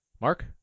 Mark